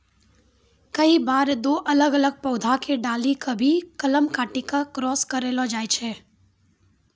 कई बार दो अलग अलग पौधा के डाली कॅ भी कलम काटी क क्रास करैलो जाय छै